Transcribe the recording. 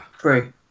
Three